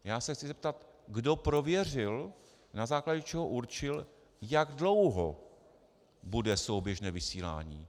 Já se chci zeptat, kdo prověřil, na základě čeho určil, jak dlouho bude souběžné vysílání.